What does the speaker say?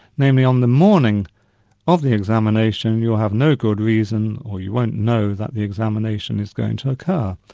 namely on the morning of the examination you'll have no good reason, or you won't know that the examination is going to occur.